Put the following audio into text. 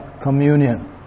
communion